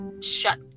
shut